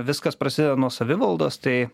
viskas prasideda nuo savivaldos tai